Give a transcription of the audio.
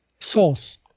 source